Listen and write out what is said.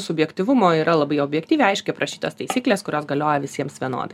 subjektyvumo yra labai objektyviai aiškiai aprašytos taisyklės kurios galioja visiems vienodai